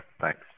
Thanks